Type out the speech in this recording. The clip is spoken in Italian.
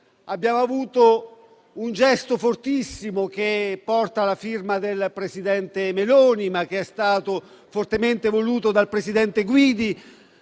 abbiamo avuto un gesto fortissimo, che porta la firma del presidente Meloni, ma che è stato fortemente voluto dal presidente Guidi